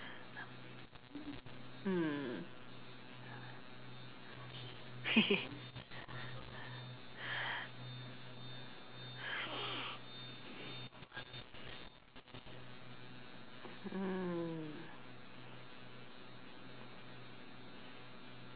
mm mm